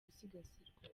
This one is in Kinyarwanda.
gusigasirwa